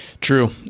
true